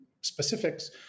specifics